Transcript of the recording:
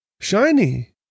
shiny